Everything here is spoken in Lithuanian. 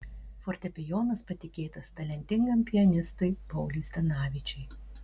fortepijonas patikėtas talentingam pianistui pauliui zdanavičiui